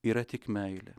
yra tik meilė